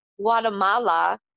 Guatemala